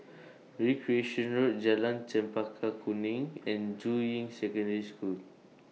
Recreation Road Jalan Chempaka Kuning and Juying Secondary School